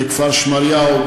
בכפר-שמריהו,